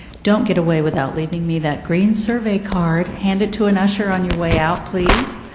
don't get away without leaving me that green survey card, hand it to an usher on your way out, please,